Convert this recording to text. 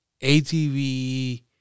ATV